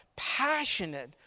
passionate